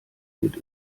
mit